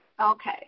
Okay